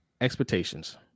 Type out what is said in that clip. expectations